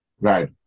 Right